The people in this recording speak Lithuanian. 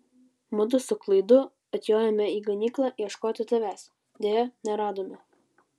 mudu su klaidu atjojome į ganyklą ieškoti tavęs deja neradome